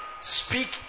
speak